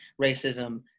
racism